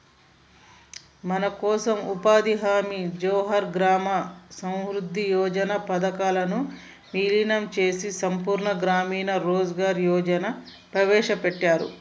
మనకోసం ఉపాధి హామీ జవహర్ గ్రామ సమృద్ధి యోజన పథకాలను వీలినం చేసి సంపూర్ణ గ్రామీణ రోజ్గార్ యోజనని ప్రవేశపెట్టారు